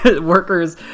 workers